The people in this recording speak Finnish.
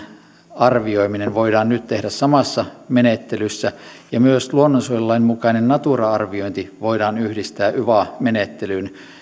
arvioiminen voidaan nyt tehdä samassa menettelyssä ja myös luonnonsuojelulain mukainen natura arviointi voidaan yhdistää yva menettelyyn